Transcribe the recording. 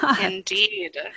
Indeed